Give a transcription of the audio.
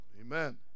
Amen